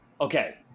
Okay